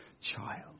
child